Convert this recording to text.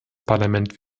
parlament